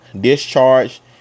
discharge